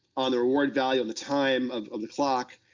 on the reward value and the time of of the clock,